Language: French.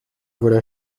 voilà